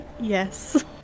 Yes